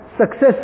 success